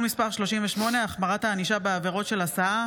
מס' 38) (החמרת הענישה בעבירות של הסעה,